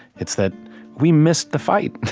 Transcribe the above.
it's that we missed the fight.